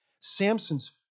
Samson's